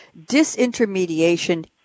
disintermediation